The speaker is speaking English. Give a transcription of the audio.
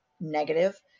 negative